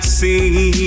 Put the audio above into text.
see